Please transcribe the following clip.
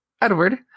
Edward